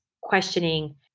questioning